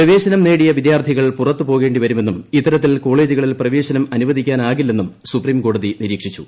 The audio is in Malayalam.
പ്രവേശനം നേടിയ വിദ്യാർഥികൾ പുറത്ത് പോകേ വരുമെന്നും ഇത്തരത്തിൽ കോളേജുകളിൽ പ്രവേശനം അനുവദിക്കാൻ ആകില്ലെന്നും സുപ്രീംകോടതി നിരീക്ഷിച്ചു